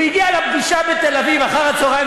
הוא הגיע לפגישה בתל-אביב אחר-הצהריים,